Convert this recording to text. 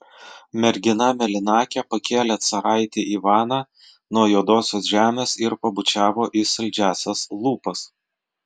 mergina mėlynakė pakėlė caraitį ivaną nuo juodosios žemės ir pabučiavo į saldžiąsias lūpas